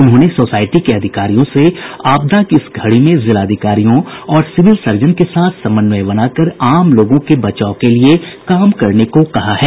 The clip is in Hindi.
उन्होंने सोसाईटी के अधिकारियों से आपदा की इस घड़ी में जिलाधिकारियों और सिविल सर्जन के साथ समन्वय बनाकर आम लोगों के बचाव के लिए काम करने को कहा है